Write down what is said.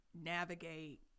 navigate